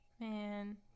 Man